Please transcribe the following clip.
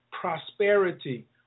prosperity